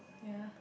ya